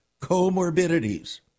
comorbidities